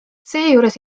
seejuures